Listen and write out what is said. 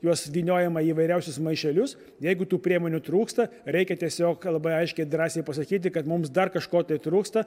juos vyniojamą įvairiausius maišelius jeigu tų priemonių trūksta reikia tiesiog labai aiškiai drąsiai pasakyti kad mums dar kažko tai trūksta